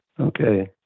Okay